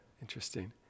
interesting